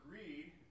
agreed